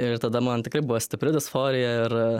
ir tada man tikrai buvo stipri disforija ir